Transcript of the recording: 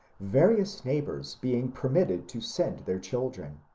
various neighbours being permitted to send their children.